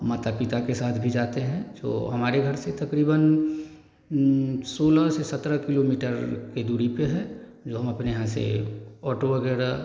माता पिता के साथ भी जाते हैं जो हमारे घर से तक़रीबन सोलह से सतरह किलोमीटर की दूरी पर है जो हम अपने यहाँ से ऑटो वग़ैरह